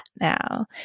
now